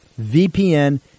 VPN